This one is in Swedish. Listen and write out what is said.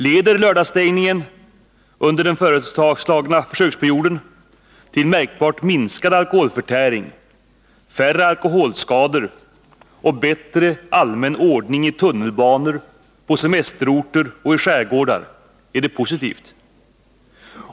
Leder lördagsstängningen under den föreslagna försöksperioden till märkbart minskad alkoholförtäring, färre alkoholskador och bättre allmän ordning i tunnelbanor, på semesterorter och i skärgårdar, är det positivt.